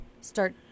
start